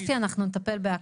אפי, אנחנו נטפל בהכל.